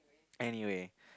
anyway